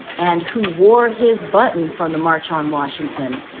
and who wore his button from the march on washington